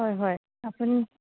হয় হয় আপুনি